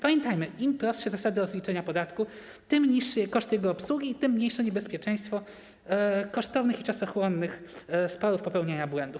Pamiętajmy, im prostsze zasady rozliczenia podatku, tym niższy koszt jego obsługi i mniejsze niebezpieczeństwo kosztownych i czasochłonnych sporów, popełniania błędów.